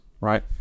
right